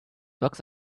box